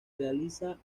realiza